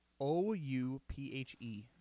O-U-P-H-E